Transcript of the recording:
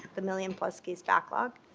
the million-plus-case backlog,